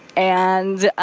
and